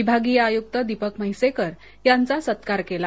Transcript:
विभागीय आयुक्त दीपक म्हैसेकर यांचा सत्कार केला